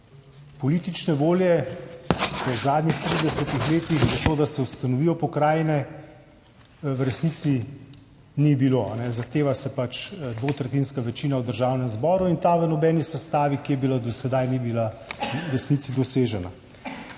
politične volje v zadnjih 30 letih za to, da se ustanovijo pokrajine, v resnici ni bilo. Zahteva se pač dvotretjinska večina v Državnem zboru in ta v nobeni sestavi, ki je bila do sedaj, ni bila v resnici dosežena.